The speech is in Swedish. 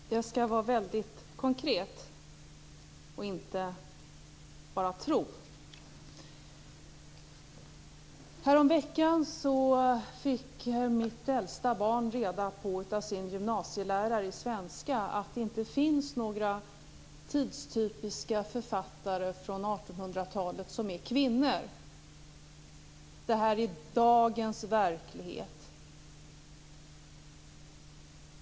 Fru talman! Jag skall vara väldigt konkret, och inte bara tro. Häromveckan fick mitt äldsta barn reda på av sin gymnasielärare i svenska att det inte finns några tidstypiska författare från 1800-talet som är kvinnor. Det är dagens verklighet.